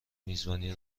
میزبانی